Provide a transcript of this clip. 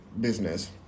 business